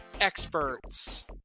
experts